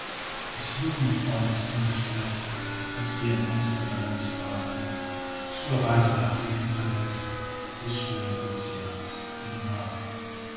des jugendfreundes angestellt als wir in amsterdam uns trafen zur reise nach der inselwelt des stillen ozeans im hafen